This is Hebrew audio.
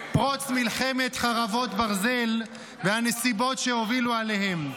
-- פרוץ מלחמת חרבות ברזל והנסיבות שהובילו אליהם.